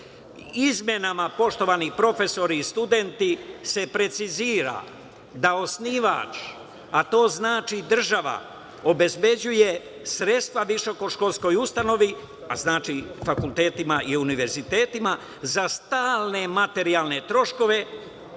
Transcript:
Izmenama, poštovani profesori i studenti, se precizira da osnivač, a to znači država, obezbeđuje sredstva visoko školskoj ustanovi, a znači univerzitetima i fakultetima, za stalne materijalne troškove